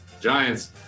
giants